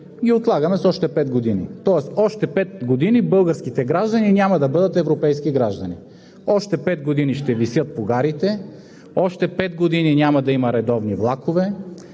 ги отлагаме с още пет години. Тоест още пет години българските граждани няма да бъдат европейски граждани, още пет години ще висят по гарите, още пет години няма да има редовни влакове,